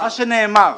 מה שנאמר.